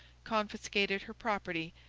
confiscated her property,